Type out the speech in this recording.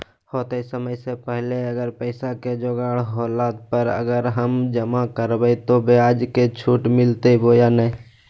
होतय समय से पहले अगर पैसा के जोगाड़ होला पर, अगर हम जमा करबय तो, ब्याज मे छुट मिलते बोया नय?